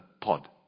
pod